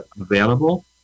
available